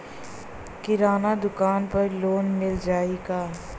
किराना दुकान पर लोन मिल जाई का?